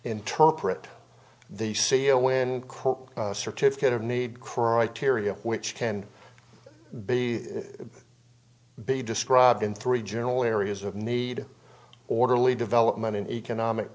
interpret the sale when certificate of need criteria which can be be described in three general areas of need orderly development in economic